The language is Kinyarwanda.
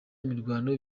imirwano